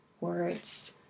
words